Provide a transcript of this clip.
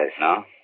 No